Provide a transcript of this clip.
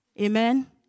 Amen